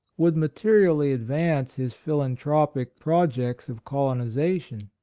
would materially advance his philantropic projects of colonization.